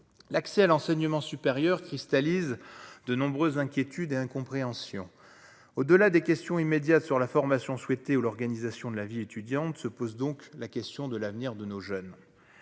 l'accès à l'enseignement supérieur cristallise de nombreuses inquiétude et incompréhension au delà des questions immédiates sur la formation souhaité ou l'organisation de la vie étudiante se pose donc la question de l'avenir de nos jeunes,